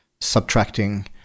subtracting